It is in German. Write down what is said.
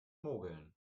mogeln